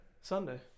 Sunday